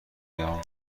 بیام